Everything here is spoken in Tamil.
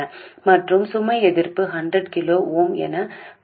மற்றும் சுமை எதிர்ப்பும் 100 கிலோ ஓம் என குறிப்பிடப்பட்டுள்ளது